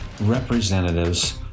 representatives